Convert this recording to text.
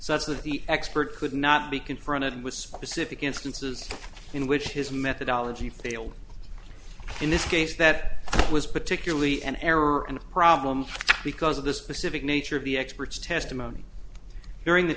such that the expert could not be confronted with specific instances in which his methodology failed in this case that was particularly an error and problem because of the specific nature of the experts testimony during the